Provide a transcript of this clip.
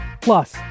Plus